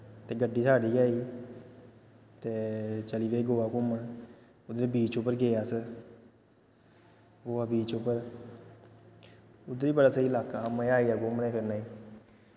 ते गड्डी साढ़ी गै ही ते चली पे गोवा घूमन उद्धर बीच उप्पर गे अस गोवा बीच उप्पर उद्धर बी बड़ा स्हेई अलाका ऐ मज़ा आई गेआ घूमने फिरने गी